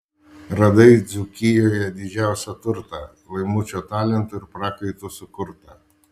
radai dzūkijoje didžiausią turtą laimučio talentu ir prakaitu sukurtą